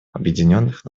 объединенных